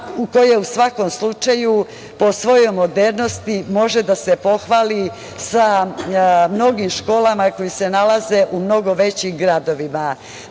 koja u svakom slučaju po svojoj modernosti može da se pohvali sa mnogim školama koje se nalaze u mnogo većim gradovima. Takođe,